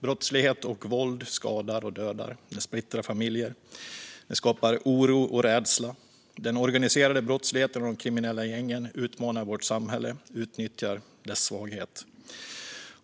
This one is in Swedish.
Brottslighet och våld skadar och dödar, splittrar familjer och skapar oro och rädsla. Den organiserade brottsligheten och de kriminella gängen utmanar vårt samhälle och utnyttjar dess svaghet.